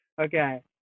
Okay